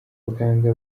abaganga